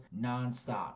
nonstop